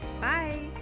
bye